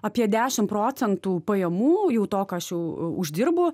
apie dešim procentų pajamų jau to ką aš jau uždirbu